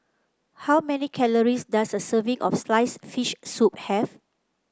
how many calories does a serving of sliced fish soup have